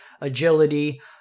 agility